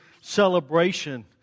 celebration